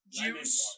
juice